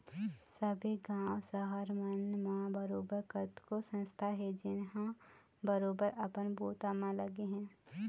सब्बे गाँव, सहर मन म बरोबर कतको संस्था हे जेनहा बरोबर अपन बूता म लगे हे